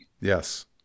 Yes